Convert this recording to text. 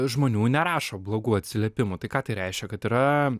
žmonių nerašo blogų atsiliepimų tai ką tai reiškia kad yra